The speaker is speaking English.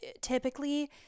typically